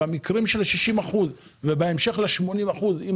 במקרים של ה-60 אחוזים ובהמשך 80 אחוזים,